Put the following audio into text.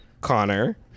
Connor